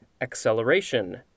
Acceleration